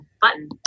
button